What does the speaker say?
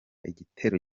igitero